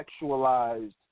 sexualized